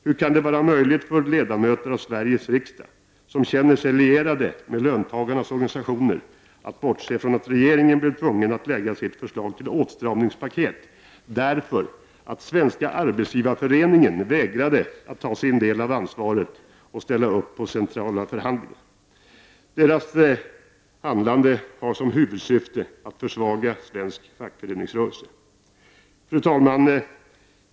Hur kan det vara möjligt för ledamöter av Sveriges riksdag som känner sig lierade med löntagarnas organisationer att bortse från att regeringen blev tvungen att lägga sitt förslag till åtstramningspaket därför att Svenska arbetsgivareföreningen vägrade att ta sin del av ansvaret och ställa upp på centrala förhandlingar? Dess handlande har som huvudsyfte att försvaga svensk fackföreningsrörelse. Fru talman!